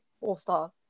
All-Star